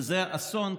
וזה אסון,